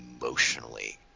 emotionally